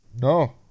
No